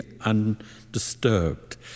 undisturbed